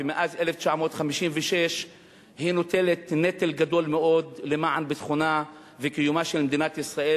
ומאז 1956 היא נוטלת נטל גדול מאוד למען ביטחונה וקיומה של מדינת ישראל,